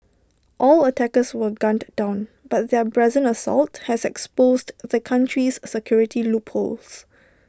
all attackers were gunned down but their brazen assault has exposed the country's security loopholes